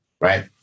right